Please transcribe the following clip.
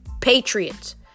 patriots